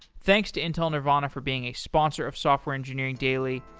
thanks to intel nervana for being a sponsor of software engineering daily,